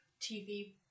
TV